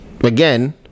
again